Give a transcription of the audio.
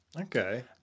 Okay